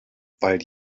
weil